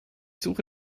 suche